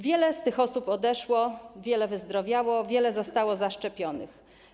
Wiele z tych osób odeszło, wiele wyzdrowiało, wiele zostało zaszczepionych.